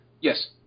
Yes